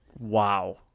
wow